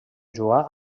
jugà